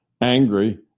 angry